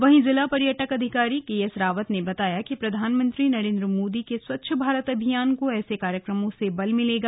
वहीं जिला पर्यटक अधिकारी केएस रावत ने बताया कि प्रधानमंत्री नरेंद्र मोदी के स्वच्छ भारत अभियान को ऐसे कार्यक्रमों से बल मिलेगा